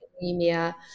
anemia